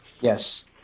yes